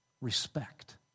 Respect